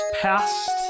past